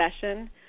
session